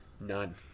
none